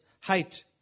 height